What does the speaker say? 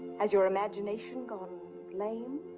has your imagination gone lame?